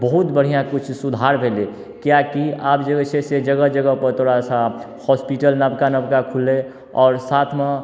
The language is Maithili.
बहुत बढ़िआँ किछु सुधार भेलै किएक कि आब जे होइ छै से जगह जगहपर तोरा से हॉस्पिटल नबका नबका खुललै और साथमे